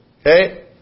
Okay